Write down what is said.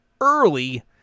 early